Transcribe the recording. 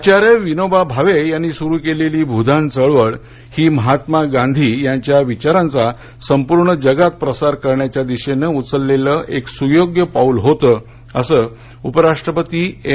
आचार्य विनोबाजींनी सुरु केलेली भूदान चळवळ ही महात्मा गांधीजींच्या विचारांचा संपूर्ण जगात प्रसार करण्याच्या दिशेनं उचललेलं सुयोग्य पाऊल होतं असं उपराष्ट्रपती एम